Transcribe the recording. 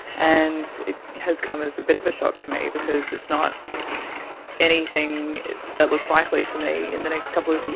and it has come as a bit of a shock to me because it's not anything that looks likely for me in the next couple of